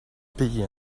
payé